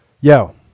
Yo